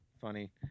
funny